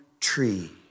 tree